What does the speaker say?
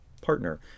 partner